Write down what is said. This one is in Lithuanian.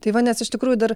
tai va nes iš tikrųjų dar